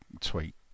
tweet